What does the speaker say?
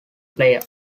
player